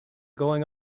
going